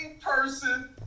person